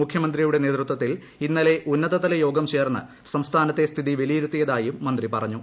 മുഖ്യമന്ത്രിയുടെ നേതൃത്വത്തിൽ യോഗം ഇന്നലെ ഉന്നതതല ചേർന്ന് സംസ്ഥാനത്തെ സ്ഥിതി വിലയിരുത്തിയതായും മന്ത്രി പറഞ്ഞു